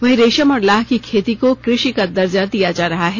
वहीं रेशम और लाह की खेती को कृषि का दर्जा दिया जा रहा है